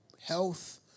health